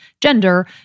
gender